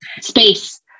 Space